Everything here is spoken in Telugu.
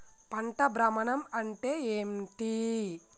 పంట భ్రమణం అంటే ఏంటి?